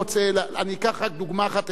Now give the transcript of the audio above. אני אתן לך דוגמה אחת,